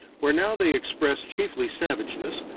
where now they express chiefly savageness,